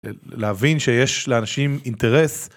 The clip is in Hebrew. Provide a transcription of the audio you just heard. להבין שיש לאנשים אינטרס.